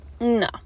no